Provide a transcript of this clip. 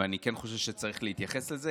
ואני כן חושב שצריך להתייחס לזה,